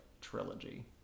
trilogy